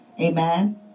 Amen